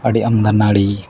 ᱟᱹᱰᱤ ᱟᱢᱫᱟ ᱱᱟᱹᱲᱤ